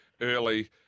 early